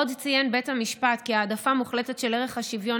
עוד ציין בית המשפט כי העדפה מוחלטת של ערך השוויון